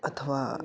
अथवा